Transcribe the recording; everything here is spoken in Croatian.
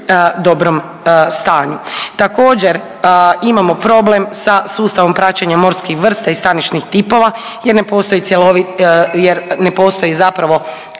dobrom stanju. Također imamo problem sa sustavom praćenja morskih vrsta i stanišnih tipova jer ne postoji